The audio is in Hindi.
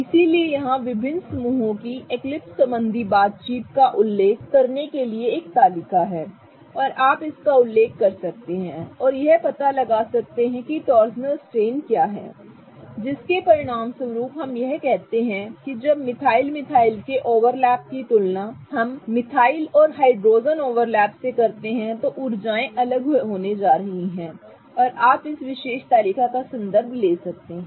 इसलिए यहां विभिन्न समूहों की एक्लिप्स संबंधी बातचीत का उल्लेख करने के लिए एक तालिका है और आप इसका उल्लेख कर सकते हैं और यह पता लगा सकते हैं कि टॉर्सनल स्ट्रेन क्या है जिसके परिणामस्वरूप हम यह कहते हैं कि जब मिथाइल मिथाइल के ओवरलैप की तुलना जब हम मिथाइल और हाइड्रोजन ओवरलैप से करते हैं तो ऊर्जाएं अलग अलग होने जा रही हैं और आप इस विशेष तालिका का संदर्भ ले सकते हैं